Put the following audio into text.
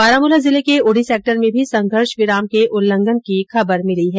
बारामूला जिले के उड़ी सेक्टर में भी संघर्षविराम के उल्लंघन की खबर मिली है